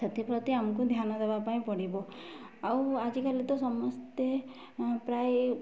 ସେଥିପ୍ରତି ଆମକୁ ଧ୍ୟାନ ଦେବା ପାଇଁ ପଡ଼ିବ ଆଉ ଆଜିକାଲି ତ ସମସ୍ତେ ପ୍ରାୟ